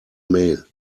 mail